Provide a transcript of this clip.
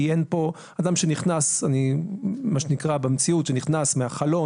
אדם שנכנס במציאות מהחלון,